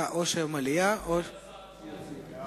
אני מציע לשר שיציע.